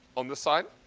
on this side.